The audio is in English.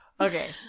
Okay